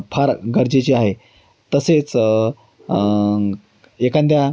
फार गरजेचे आहे तसेच एखाद्या